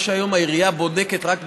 מה שהיום העירייה בודקת רק,